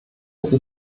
hätte